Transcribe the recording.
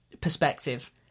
perspective